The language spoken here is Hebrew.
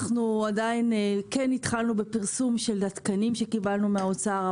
כן התחלנו בפרסום של התקנים שקיבלנו מהאוצר,